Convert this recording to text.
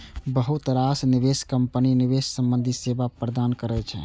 बहुत रास निवेश कंपनी निवेश संबंधी सेवा प्रदान करै छै